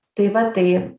tai va tai